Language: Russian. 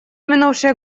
минувшие